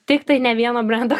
tiktai ne vieno brendo